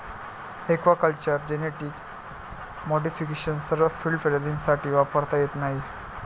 aquaculture genetic modification सर्व field प्रजातींसाठी वापरता येत नाही